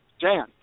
Jan